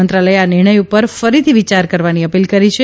મંત્રાલયે આ નિર્ણય ઉપર ફરીથી વિચાર કરવાની અપીલ કરી છે